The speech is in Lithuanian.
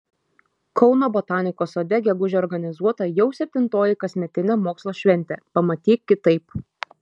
kauno botanikos sode gegužę organizuota jau septintoji kasmetinė mokslo šventė pamatyk kitaip